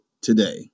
today